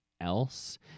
else